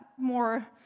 more